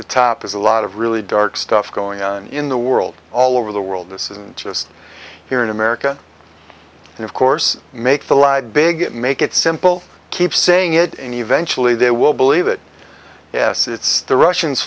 the top is a lot of really dark stuff going on in the world all over the world this isn't just here in america and of course make the lied big make it simple keep saying it and eventually they will believe it yes it's the russians